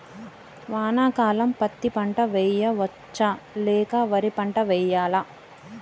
వానాకాలం పత్తి పంట వేయవచ్చ లేక వరి పంట వేయాలా?